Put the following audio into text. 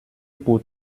pour